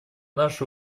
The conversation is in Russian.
наши